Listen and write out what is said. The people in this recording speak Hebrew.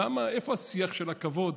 איפה השיח של הכבוד?